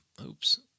Oops